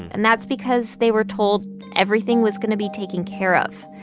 and that's because they were told everything was going to be taken care of